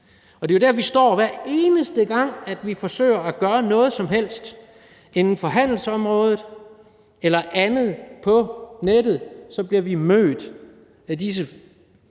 Det er jo der, vi står, hver eneste gang vi forsøger at gøre noget som helst inden for handelsområdet eller andet på nettet – så bliver vi mødt med disse